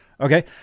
Okay